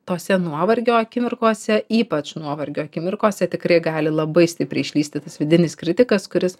tose nuovargio akimirkose ypač nuovargio akimirkose tikrai gali labai stipriai išvystytas vidinis kritikas kuris